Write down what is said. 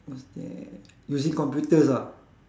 what's that using computers ah